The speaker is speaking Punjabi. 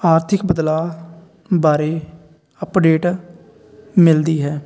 ਆਰਥਿਕ ਬਦਲਾਅ ਬਾਰੇ ਅਪਡੇਟ ਮਿਲਦੀ ਹੈ